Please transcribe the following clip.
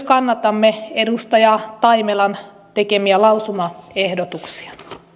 kannatamme edustaja taimelan tekemiä lausumaehdotuksia